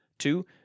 Two